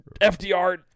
FDR